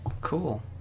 Cool